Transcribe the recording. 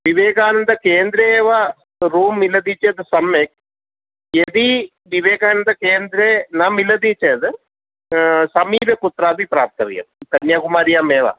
विवेकानन्दकेन्द्रे एव रूं मिलति चेत् सम्यक् यदि विवेकानन्दकेन्द्रे न मिलति चेद् समीपे कुत्रापि प्राप्तव्यं कन्याकुमार्याम् एव